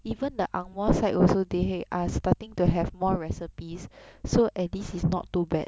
even the ang mo side also they are starting to have more recipes so at least is not too bad